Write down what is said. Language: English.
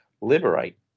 liberate